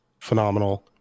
phenomenal